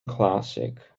classic